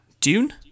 Dune